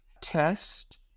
test